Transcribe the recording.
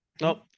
nope